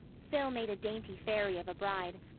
phil made a dainty fairy of a bride,